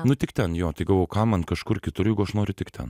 nu tik ten jo tai galvojau kam man kažkur kitur jeigu aš noriu tik ten